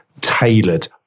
tailored